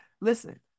Listen